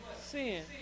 Sin